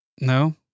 No